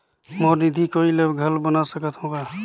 मोर निधि कोई ला घल बना सकत हो?